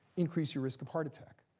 increase your risk of heart attack.